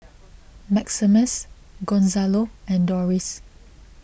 Maximus Gonzalo and Doris